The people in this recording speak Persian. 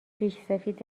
ریشسفید